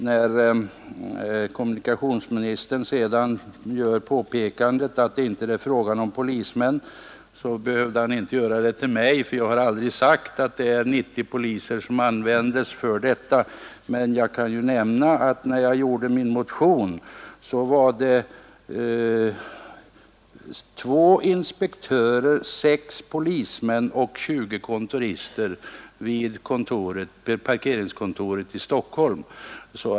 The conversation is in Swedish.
När kommunikationsministern sedan påpekade att det inte är fråga om polismän, så behövde han inte framhålla det för mig, för jag har aldrig sagt att det är 90 poliser som användes för detta arbete. Men jag kan ju nämna att när jag skrev min motion så var det två inspektörer, sex polismän och 20 kontorister vid parkeringskontoret i Stockholm.